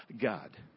God